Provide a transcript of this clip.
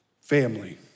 family